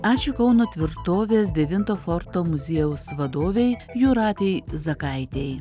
ačiū kauno tvirtovės devinto forto muziejaus vadovei jūratei zakaitei